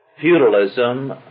Feudalism